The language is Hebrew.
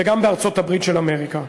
וגם בארצות-הברית של אמריקה.